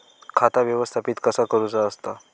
खाता व्यवस्थापित कसा करुचा असता?